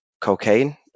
cocaine